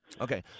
Okay